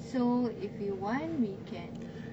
so if you want we can